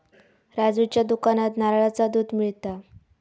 राजूच्या दुकानात नारळाचा दुध मिळता